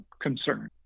concern